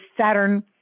Saturn